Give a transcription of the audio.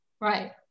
Right